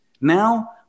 now